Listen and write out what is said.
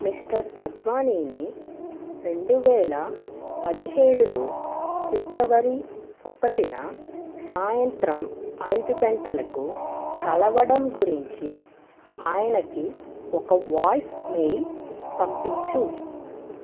mister అద్వానీని రెండు వేల పదిహేడులో ఫిబ్రవరి ఒకటిన సాయంత్రం ఐదు గంటలకు కలవడం గురించి ఆయనకి ఒక వాయిస్ మెయిల్ పంపించు